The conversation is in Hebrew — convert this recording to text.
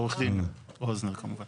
עו"ד רוזנר, כמובן.